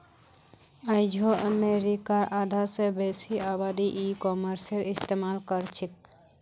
आइझो अमरीकार आधा स बेसी आबादी ई कॉमर्सेर इस्तेमाल करछेक